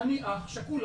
אני אח שכול.